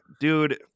dude